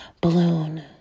balloon